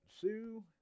Sue